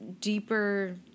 deeper